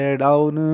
down